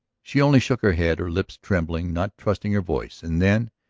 she only shook her head, her lips trembling, not trusting her voice. and then,